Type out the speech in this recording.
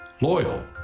loyal